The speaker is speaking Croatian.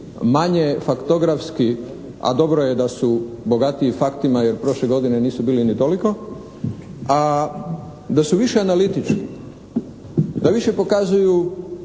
manje faktografski a dobro je da su bogatiji faktima jer prošle godine nisu bili ni toliko, a da su više analitički. Da više pokazuju